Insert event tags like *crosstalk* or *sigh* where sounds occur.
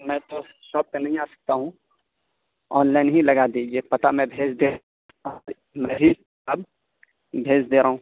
میں تو شاپ پہ نہیں آ سکتا ہوں آن لائن ہی لگا دیجیے پتہ میں بھیج دے *unintelligible* بھیج دے رہا ہوں